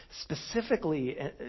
specifically